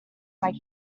like